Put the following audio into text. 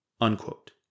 Unquote